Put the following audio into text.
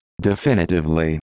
definitively